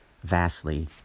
vastly